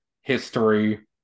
history